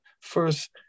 first